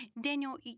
Daniel